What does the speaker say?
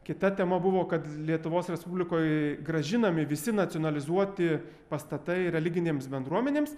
kita tema buvo kad lietuvos respublikoj grąžinami visi nacionalizuoti pastatai religinėms bendruomenėms